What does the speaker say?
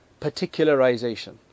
particularization